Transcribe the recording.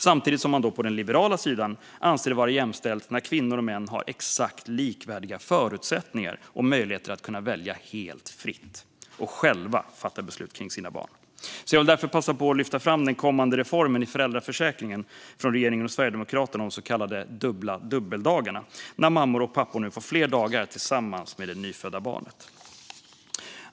Samtidigt anser man på den liberala sidan det vara jämställt när kvinnor och män har exakt likvärdiga förutsättningar och möjligheter att välja helt fritt och själva fatta beslut kring sina barn. Jag vill därför passa på att lyfta fram den kommande reformen i föräldraförsäkringen från regeringen och Sverigedemokraterna om de så kallade dubbla dubbeldagarna, när mammor och pappor nu får fler dagar tillsammans med det nyfödda barnet.